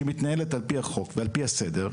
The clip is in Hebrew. שהיא מתנהלת על פי החוק ועל פי הסדר,